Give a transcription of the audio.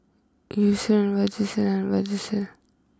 Eucerin Vagisil and Vagisil